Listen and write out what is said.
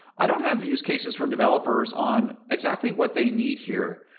i don't have use cases for developers on exactly what they need here.